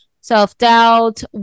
self-doubt